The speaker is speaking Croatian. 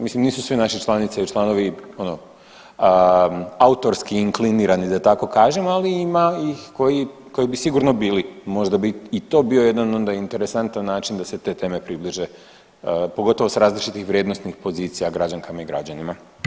Mislim nisu svi naše članice i članovi ono autorski inklinirani da tako kažem, ali ima ih koji bi sigurno bili, možda bi i to bio onda interesantan način da se te teme približe pogotovo sa različitih vrijednosnih pozicija građankama i građanima.